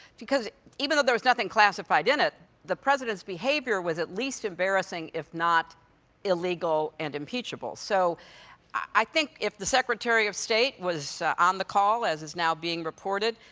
because even if there's nothing classified in it, the president's behavior was at least embarrassing if not illegal and imimpeachable. so i think if the secretary of state was on the call as is now reported,